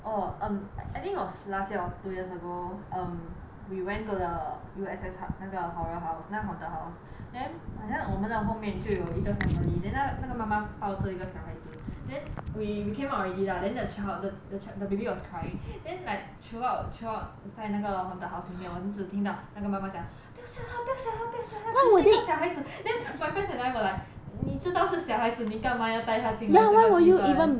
orh um I think it was last year or two years ago um we went to the U_S_S hub 那个 horror house 那个 haunted house then 好像我们的后面就有一个 family then 那个那个妈妈抱着一个小孩子 then we we came out already lah then the child the the child the baby was crying then like throughout throughout 在那个 haunted house 里面我们只听到那个妈妈讲不要吓他不要吓他不要吓他只是一个小孩子 then my friends and I were like 你知道是小孩子你干嘛要带他进来这个地方 leh